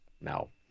No